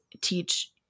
teach